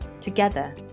Together